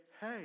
hey